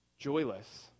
joyless